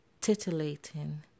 titillating